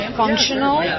functional